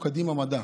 כמו ב"קדימה מדע",